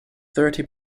thirty